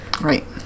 Right